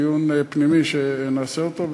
דיון פנימי שנעשה אותו,